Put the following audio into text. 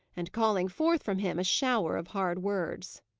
and calling forth from him a shower of hard words.